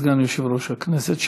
סגן יושב-ראש הכנסת,